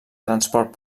transport